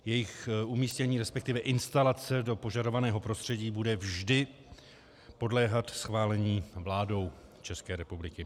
Jejich umístění, respektive instalace do požadovaného prostředí, bude vždy podléhat schválení vládou České republiky.